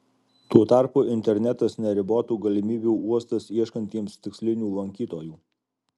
tuo tarpu internetas neribotų galimybių uostas ieškantiems tikslinių lankytojų